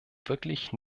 wirklich